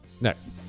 next